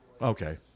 Okay